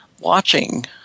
watching